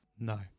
No